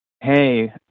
Hey